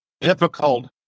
difficult